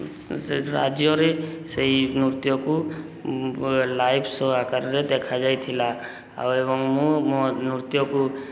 ସେ ରାଜ୍ୟରେ ସେଇ ନୃତ୍ୟକୁ ଲାଇଭ୍ ସୋ ଆକାରରେ ଦେଖାଯାଇଥିଲା ଆଉ ଏବଂ ମୁଁ ମୋ ନୃତ୍ୟକୁ